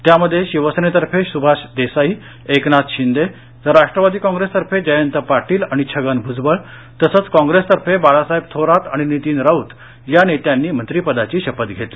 त्यामध्ये शिवसेनेतर्फे सुभाष देसाई एकनाथ शिंदे तर राष्ट्रवादी कॉप्रेसतर्फे जयंत पाटील आणि छगन भूजबळ तसंच कॉंप्रेसतर्फे बाळासाहेब थोरात आणि नितीन राऊत या नेत्यांनी मंत्रीपदाची शपथ घेतली